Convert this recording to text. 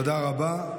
תודה רבה.